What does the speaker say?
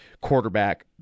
quarterback